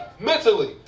mentally